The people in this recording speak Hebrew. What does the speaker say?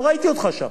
לא ראיתי אותך שם.